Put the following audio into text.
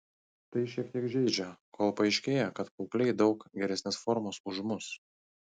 tai šiek tiek žeidžia kol paaiškėja kad paaugliai daug geresnės formos už mus